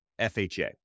FHA